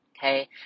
Okay